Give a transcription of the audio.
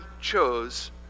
chose